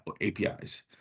APIs